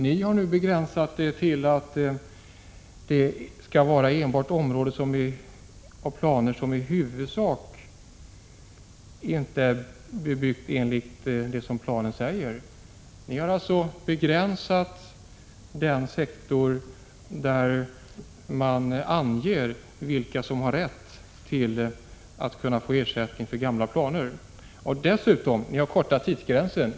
Nu har ni begränsat det till att det skall röra sig om enbart område som i huvudsak inte är bebyggt enligt vad som föreskrivs i planen. Ni har alltså begränsat den sektor där man anger vilka som har rätt till ersättning vid gamla planer. Dessutom har ni kortat tidsgränsen.